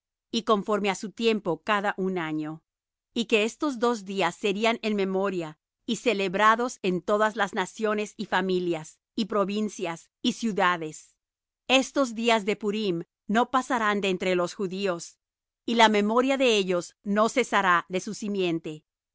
y conforme á su tiempo cada un año y que estos dos días serían en memoria y celebrados en todas las naciones y familias y provincias y ciudades estos días de purim no pasarán de entre los judíos y la memoria de ellos no cesará de su simiente